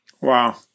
Wow